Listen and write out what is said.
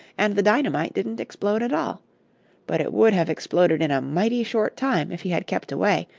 and the dynamite didn't explode at all but it would have exploded in a mighty short time if he had kept away,